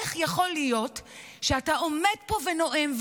איך יכול להיות שאתה עומד פה ונואם,